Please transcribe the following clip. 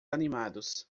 animados